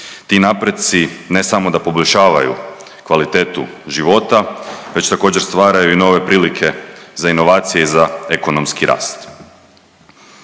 Ti napredci ne samo da poboljšavaju kvalitetu života već također stvaraju i nove prilike za inovacije i za ekonomski rast.